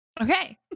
Okay